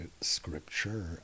scripture